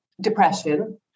depression